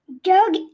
Doug